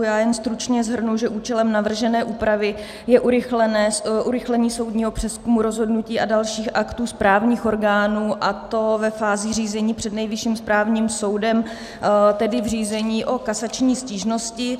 Já jen stručně shrnu, že účelem navržené úpravy je urychlení soudního přezkumu rozhodnutí a dalších aktů správních orgánů, a to ve fázi řízení před Nejvyšším správním soudem, tedy v řízení o kasační stížnosti.